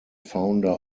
founder